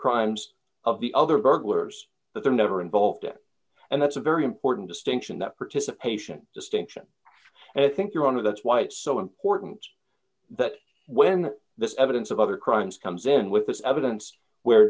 crimes of the other burglars that they're never involved in and that's a very important distinction that participation distinction and i think your honor that's why it's so important that when this evidence of other crimes comes in with this evidence where